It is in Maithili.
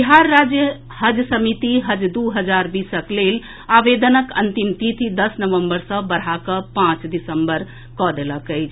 बिहार राज्य हज समिति हज दू हजार बीसक लेल आवेदन के अंतिम तिथि दस नवंबर सॅ बढ़ाकऽ पांच दिसंबर कऽ देलक अछि